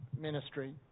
ministry